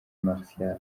martial